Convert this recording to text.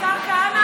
(חבר הכנסת משה אבוטבול יוצא מאולם המליאה.) השר כהנא,